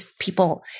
people